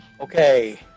Okay